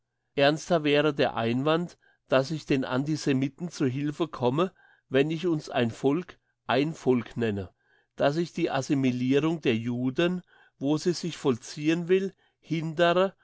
ernster wäre der einwand dass ich den antisemiten zu hilfe komme wenn ich uns ein volk ein volk nenne dass ich die assimilirung der juden wo sie sich vollziehen will hindere